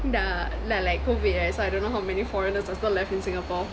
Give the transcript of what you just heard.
dah dah like COVID eh so I don't know how many foreigners are still left in singapore